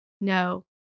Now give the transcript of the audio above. no